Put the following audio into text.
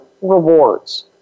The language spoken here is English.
rewards